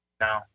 No